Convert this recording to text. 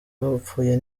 bapfuye